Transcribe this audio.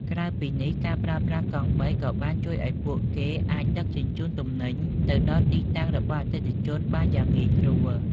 ក្រៅពីនេះ ការប្រើប្រាស់កង់បីក៏បានជួយឱ្យពួកគេអាចដឹកជញ្ជូនទំនិញទៅដល់ទីតាំងរបស់អតិថិជនបានយ៉ាងងាយស្រួល។